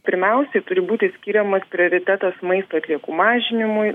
pirmiausiai turi būti skiriamas prioritetas maisto atliekų mažinimui